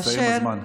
הסתיים הזמן.